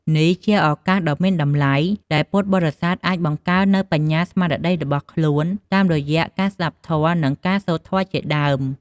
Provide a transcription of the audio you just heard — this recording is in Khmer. នេះជាឱកាសដ៏មានតម្លៃ ដែលពុទ្ធបរិស័ទអាចបង្កើននូវបញ្ញាស្មារតីរបស់ខ្លួន តាមរយៈការស្តាប់ធម៌ និងសូត្រធម៌ជាដើម។